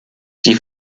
die